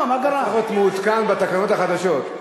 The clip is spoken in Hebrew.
אתה צריך להיות מעודכן בתקנות החדשות.